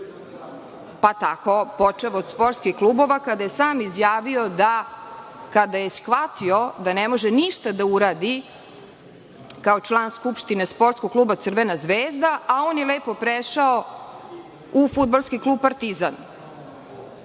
pa tako počev od sportskih klubova, kada je sam izjavio da kada je shvatio da ne može ništa da uradi kao član Skupštine sportskog kluba „Crvena zvezda“, a on je lepo prešao u fudbalski klub „Partizan“